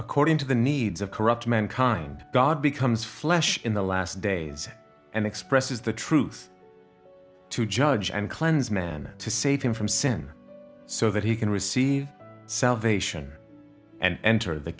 according to the needs of corrupt mankind god becomes flesh in the last days and expresses the truth to judge and cleanse man to save him from sin so that he can receive salvation and enter the